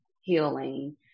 healing